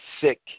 sick